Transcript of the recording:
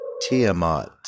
Tiamat